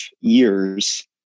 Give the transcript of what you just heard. years